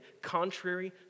contrary